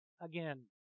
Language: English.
again